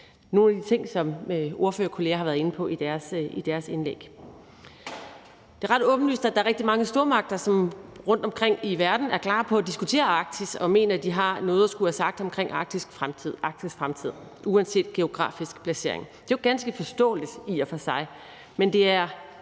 nogle af de ting, som mine ordførerkolleger har været inde på i deres indlæg. Det er ret åbenlyst, at der er rigtig mange stormagter rundtomkring i verden, som er klar til at diskutere Arktis og mener, at de har noget skulle have sagt omkring Arktis' fremtid uanset geografisk placering. Det er jo ganske forståeligt i og for sig, men det er